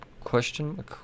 question